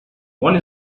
one